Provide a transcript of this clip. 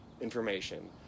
information